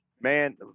Man